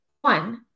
one